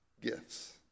gifts